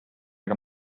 ega